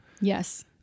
Yes